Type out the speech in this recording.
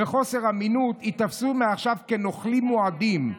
"בחוסר אמינות ייתפסו מעכשיו כנוכלים מועדים.